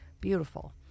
beautiful